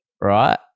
Right